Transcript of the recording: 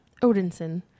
odinson